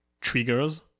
triggers